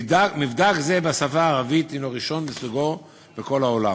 מבדק זה בשפה הערבית הנו ראשון מסוגו בכל העולם,